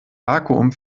vakuum